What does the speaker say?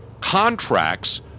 contracts